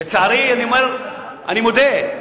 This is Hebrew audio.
לצערי, אני מודה,